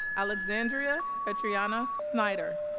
alexandria petrina snider